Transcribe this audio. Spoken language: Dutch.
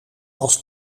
als